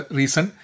reason